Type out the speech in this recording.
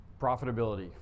Profitability